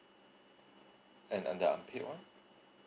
and under unpaid one